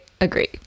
agree